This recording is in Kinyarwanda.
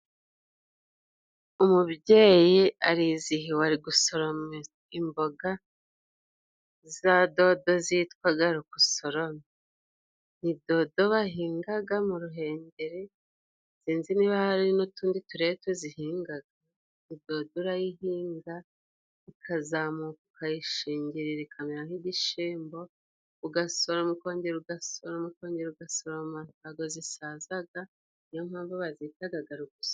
Umubyeyi arizihiwe ari gusoroma imboga za dodo zitwa "garuka usorome'', ni dodo bahingaga mu Ruhengeri sinzi niba hari n'utundi turere tuzihingaga. Iyo dodo urayihinga ikazamuka, ukayishingirira ikamera nk'igishimbo, ugasoroma, ukongera ugasoroma, ukongera ugasoroma, ntago zisazaga, niyo mpamvu bazita garuka usorome.